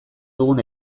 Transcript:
dugun